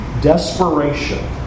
Desperation